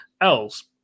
Else